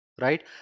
right